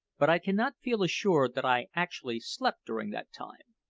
but i cannot feel assured that i actually slept during that time,